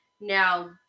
Now